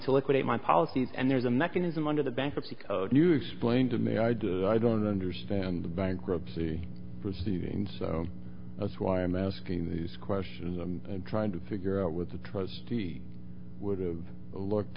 to liquidate my policies and there's a mechanism under the bankruptcy code you explain to me i did i don't understand the bankruptcy proceedings so that's why i'm asking these questions i'm trying to figure out with the trustee would have looked